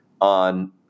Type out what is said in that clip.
on